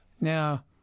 Now